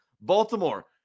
Baltimore